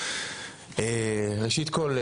ראשית כל,